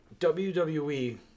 WWE